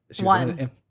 One